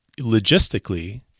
logistically